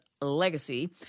legacy